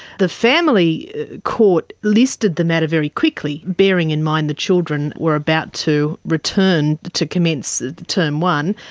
the family court listed the matter very quickly, bearing in mind the children were about to return to to commence term one.